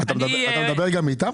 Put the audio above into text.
אתה מדבר גם איתה?